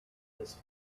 this